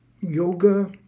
yoga